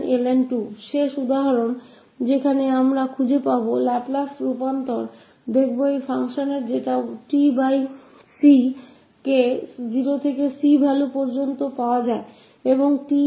आखिरी उदाहरण में जगह हम पता लगाएंगे लाप्लास ट्रांसफॉर्म ऐसे फंक्शन का जो की परिभाषित हैा tc के द्वारा 0 से c तक